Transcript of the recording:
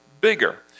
bigger